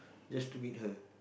just to meet her